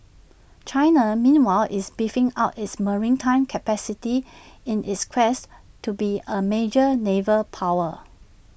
China meanwhile is beefing up its maritime capacity in its quest to be A major naval power